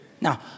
Now